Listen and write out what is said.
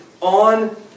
on